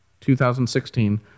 2016